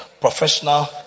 Professional